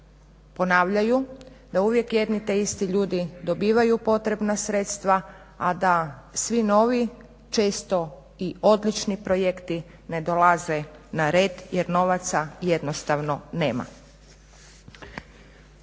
ponavljaju, da uvijek jedni te isti ljudi dobivaju potrebna sredstva, a da svi novi često i odlični projekti ne dolaze na red jer novaca jednostavno nema.